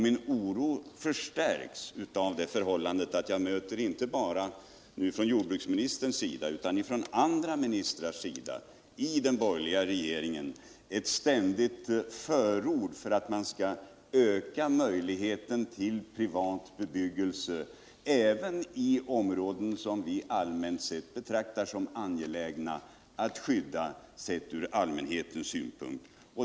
Min oro förstärks av det förhållandet att jag inte bara från jordbruksministerns utan också från andra ministrars sida i den borgerliga regeringen möter ett ständigt förord för att man skall öka möjligheten till privat bebyggelse även i områden som vi betraktar som angelägna att skydda, sett ur allmänhetens synpunkt.